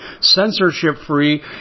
censorship-free